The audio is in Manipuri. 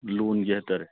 ꯂꯣꯟꯒꯤ ꯍꯥꯏꯇꯔꯦ